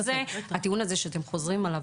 הטיעון הזה שאתם חוזרים עליו,